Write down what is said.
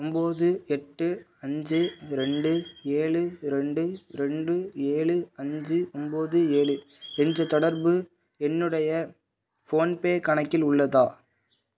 ஒன்போது எட்டு அஞ்சு ரெண்டு ஏழு ரெண்டு ரெண்டு ஏழு அஞ்சு ஒன்போது ஏழு என்ற தொடர்பு என்னுடைய ஃபோன்பே கணக்கில் உள்ளதா